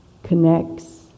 Connects